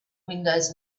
windows